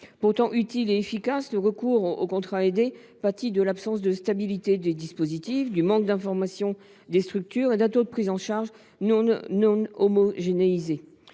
Pourtant utile et efficace, le recours aux contrats aidés pâtit de l’absence de stabilité des dispositifs, du manque d’informations des structures et d’un taux de prise en charge non homogénéisé.